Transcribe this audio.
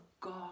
God